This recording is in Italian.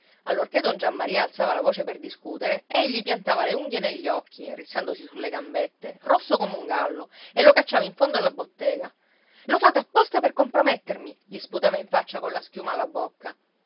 allorché don giammaria alzava la voce per discutere ei gli piantava le unghie negli occhi rizzandosi sulle gambette rosso come un gallo e lo cacciava in fondo alla bottega lo fate apposta per compromettermi gli sputava in faccia colla schiuma alla bocca